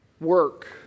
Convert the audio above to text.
work